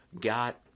got